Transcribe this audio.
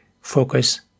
focus